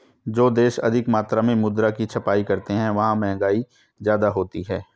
जो देश अधिक मात्रा में मुद्रा की छपाई करते हैं वहां महंगाई ज्यादा होती है